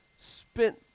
spent